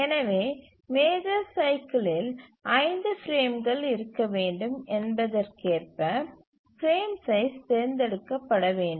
எனவே மேஜர் சைக்கிலில் ஐந்து பிரேம்கள் இருக்க வேண்டும் என்பதற்கேற்ப பிரேம் சைஸ் தேர்ந்தெடுக்க பட வேண்டும்